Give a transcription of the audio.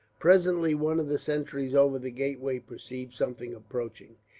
presently one of the sentries over the gateway perceived something approaching.